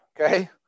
okay